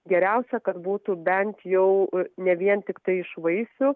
geriausia kad būtų bent jau ne vien tiktai iš vaisių